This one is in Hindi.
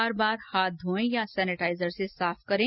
बार बार हाथ धोए या सेनेटाइजर से साफ करें